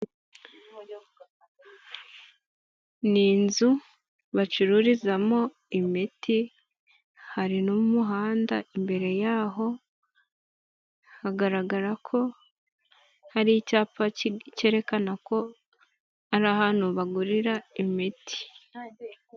Ni inzu bacururizamo imiti, hari n'umuhanda imbere yaho, hagaragara ko hari icyapa cyerekana ko, ari ahantu bagurira imiti.